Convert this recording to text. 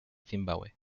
zimbabue